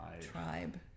Tribe